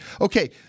okay